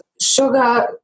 sugar